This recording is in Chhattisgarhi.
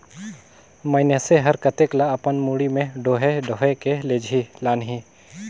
मइनसे हर कतेक ल अपन मुड़ी में डोएह डोएह के लेजही लानही